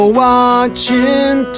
watching